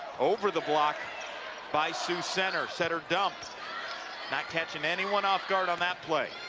over the block by siouxcenter. center dump not catching anyone off-guard on that play.